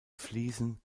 fliesen